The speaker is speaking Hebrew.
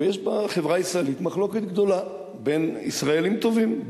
ויש בחברה הישראלית מחלוקת גדולה בין ישראלים טובים,